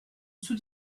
sous